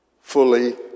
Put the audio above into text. fully